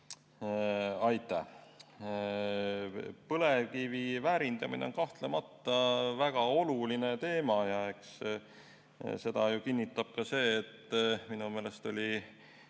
Aitäh! Põlevkivi väärindamine on kahtlemata väga oluline teema. Seda kinnitab ka see, et minu meelest oli